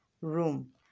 room